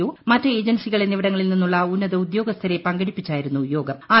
O മറ്റ് ഏജ്ടൻസികൾ എന്നിവിടങ്ങളിൽ നിന്നുള്ള ഉന്നത ഉദ്യോഗസ്ക്കൂർ പങ്കെടുപ്പിച്ചായിരുന്നു യോഗം